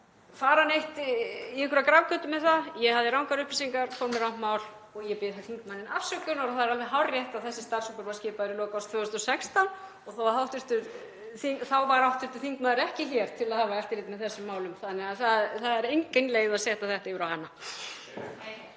að fara neitt í grafgötur með það, ég hafði rangar upplýsingar, fór með rangt mál og ég bið þingmanninn afsökunar. Það er alveg hárrétt að þessi starfshópur var skipaður í lok árs 2016. Þá var hv. þingmaður ekki hér til að hafa eftirlit með þessum málum þannig að það er engin leið að setja þetta yfir á hana.